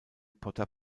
potter